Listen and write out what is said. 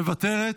מוותרת.